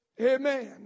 Amen